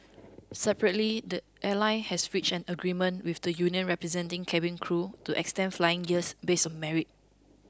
separately the airline has reached an agreement with the union representing cabin crew to extend flying years based on merit